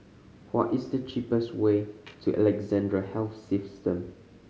what is the cheapest way to Alexandra Health System